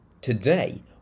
today